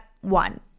one